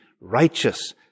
righteous